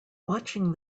watching